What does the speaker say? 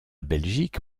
belgique